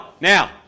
Now